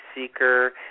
seeker